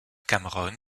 cameron